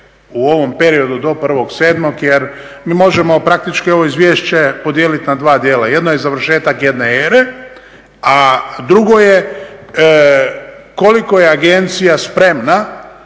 u ovom periodu do 01.07. jer mi možemo praktički ovo izvješće podijeliti na dva djela, jedno je završetak jedne ere, a drugo je koliko je agencija spremna